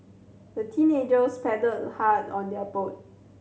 the teenagers paddled hard on their boat